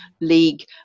league